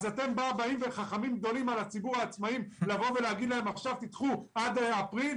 אז אתם חכמים על הציבור של העצמאיים לדחות אותו עד אפריל?